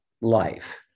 life